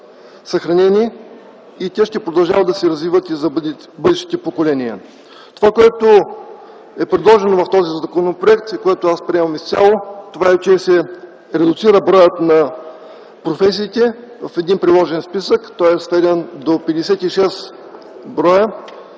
и ще продължават да се развиват и за бъдещите поколения. Това, което е предложено в този законопроект и аз приемам изцяло, е, че се редуцира броят на професиите в един приложен списък, той е сведен до 56 броя.